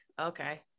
okay